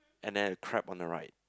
and then a crab on the right